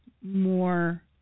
more